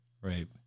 Right